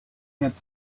had